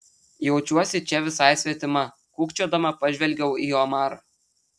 jaučiuosi čia visai svetima kukčiodama pažvelgiau į omarą